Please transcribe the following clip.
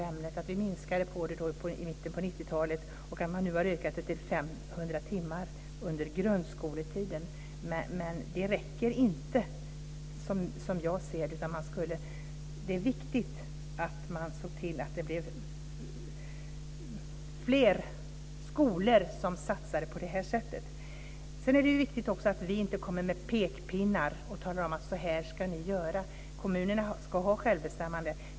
Det minskades i början på 90-talet, och nu har det ökats på till 500 timmar under grundskoletiden. Men det räcker inte, som jag ser det, utan det är viktigt att se till att fler skolor satsar på detta sätt. Det är också viktigt att vi inte kommer med pekpinnar och talar om hur de ska göra - kommunerna ska ha självbestämmande.